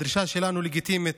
הדרישה שלנו לגיטימית,